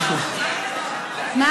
משהו, פרשת השבוע.